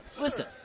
listen